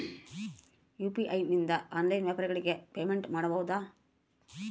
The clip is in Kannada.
ಯು.ಪಿ.ಐ ನಿಂದ ಆನ್ಲೈನ್ ವ್ಯಾಪಾರಗಳಿಗೆ ಪೇಮೆಂಟ್ ಮಾಡಬಹುದಾ?